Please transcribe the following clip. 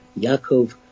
Yaakov